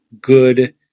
good